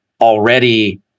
already